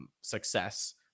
success